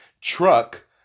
Truck